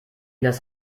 das